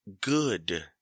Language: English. good